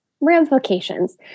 ramifications